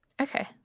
Okay